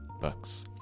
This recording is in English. books